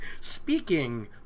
Speaking